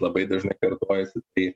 labai dažnai kartojasi tai